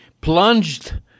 plunged